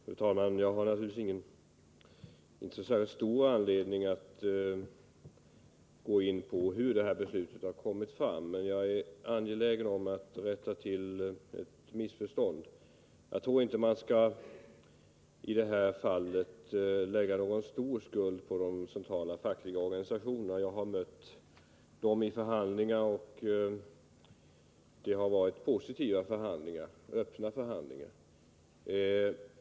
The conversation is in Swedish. Fru talman! Jag har naturligtvis inte särskilt stor anledning att gå in på hur detta beslut har kommit fram, men jag är angelägen att rätta ett missförstånd. Jag tror inte att man i det här fallet skall lägga någon stor skuld på de centrala fackliga organisationerna. Jag har mött dem i förhandlingar, och det har varit positiva förhandlingar, öppna förhandlingar.